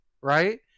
right